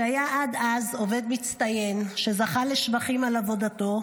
שהיה עד אז עובד מצטיין שזכה לשבחים על עבודתו,